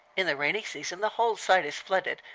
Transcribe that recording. in the rainy season the whole site is flooded,